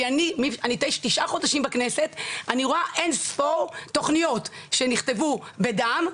כי אני תשעה חודשים בכנסת ואני רואה אינספור תוכניות שנכתבו בדם,